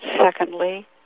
Secondly